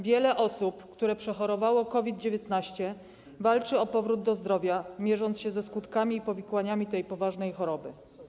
Wiele osób, które przechorowały COVID-19, walczy o powrót do zdrowia, mierząc się ze skutkami i powikłaniami ten poważnej choroby.